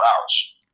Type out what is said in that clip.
hours